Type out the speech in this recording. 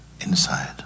inside